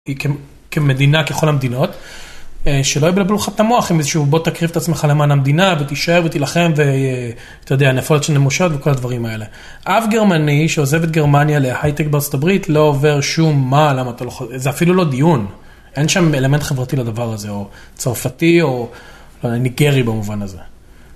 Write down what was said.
היא כמדינה, ככל המדינות, שלא יבלבלו לך את המוח עם איזשהו בוא תקריב את עצמך למען המדינה ותישאר ותילחם ואתה יודע, נפולת של נמושות וכל הדברים האלה. אף גרמני שעוזב את גרמניה להייטק בארה״ב לא עובר שום מה למה אתה לא חוזר, זה אפילו לא דיון, אין שם אלמנט חברתי לדבר הזה, או צרפתי או ניגרי במובן הזה.